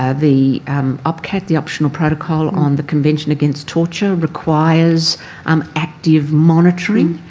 ah the um opcat, the optional protocol on the convention against torture, requires um active monitoring.